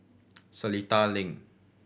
Seletar Link